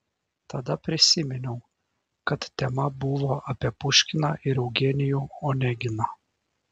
tada prisiminiau kad tema buvo apie puškiną ir eugenijų oneginą